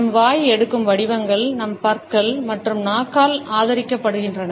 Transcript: நம் வாய் எடுக்கும் வடிவங்கள் நம் பற்கள் மற்றும் நாக்கால் ஆதரிக்கப்படுகின்றன